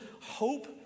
hope